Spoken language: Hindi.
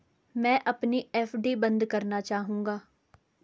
मैं अपनी एफ.डी बंद करना चाहूंगा